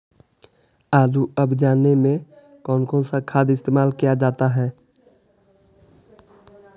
आलू अब जाने में कौन कौन सा खाद इस्तेमाल क्या जाता है?